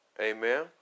Amen